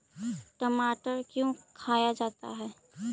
टमाटर क्यों खाया जाता है?